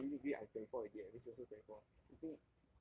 I get my uni degree I twenty four already eh means you also twenty four you think